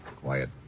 Quiet